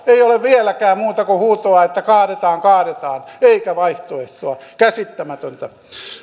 ei ole vieläkään muuta kuin huutoa että kaadetaan kaadetaan eikä vaihtoehtoa käsittämätöntä